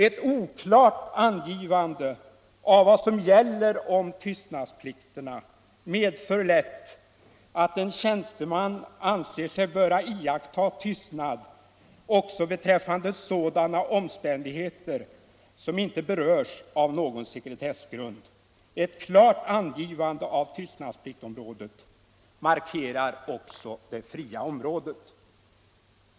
Ett oklart angivande av vad som gäller om tystnadsplikterna medför lätt att en tjänsteman anser sig böra iaktta tystnad också beträffande sådana omständigheter som inte berörs av någon sekretessgrund. Ett klart angivande av tystnadspliktsområdet markerar också det fria området.